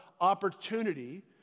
opportunity